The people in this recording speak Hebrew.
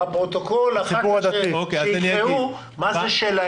כדי שאחר כך כשיקראו את הפרוטוקול יידעו מה זה "שלהם".